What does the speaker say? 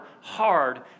hard